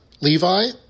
Levi